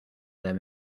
them